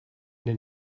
den